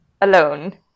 Alone